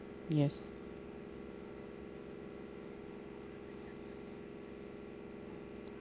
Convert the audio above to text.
yes